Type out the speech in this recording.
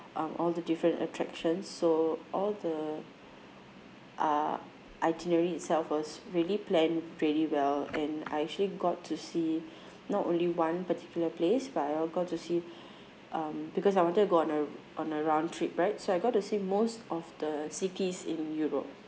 um all the different attractions so all the uh itinerary itself was really planned pretty well and I actually got to see not only one particular place but I got to see um because I wanted to go on a on a round trip right so I got to see most of the cities in europe